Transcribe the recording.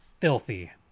filthy